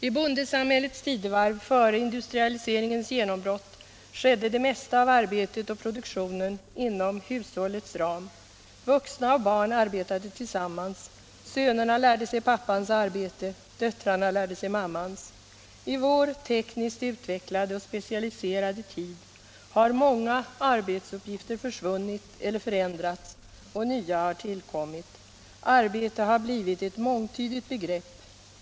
I bondesamhällets tidevarv före industrialiseringens genombrott skedde Nr 47 det mesta av arbetet och produktionen inom hushållets ram. Vuxna och Torsdagen den barn arbetade tillsammans. Sönerna lärde sig pappans arbete, döttrarna lärde 16 december 1976 sig mammans. I vår tekniskt utvecklade och specialiserade tid har många arbetsuppgifter försvunnit eller förändrats och nya har tillkommit. Arbete — Samordnad har blivit ett mångtydigt begrepp.